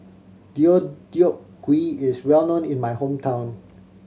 Deodeok Gui is well known in my hometown